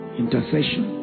intercession